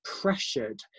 pressured